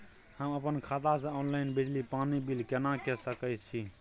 हम अपन खाता से ऑनलाइन बिजली पानी बिल केना के सकै छी?